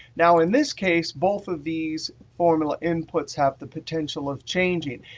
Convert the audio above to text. now, in this case, both of these formulas inputs have the potential of changing.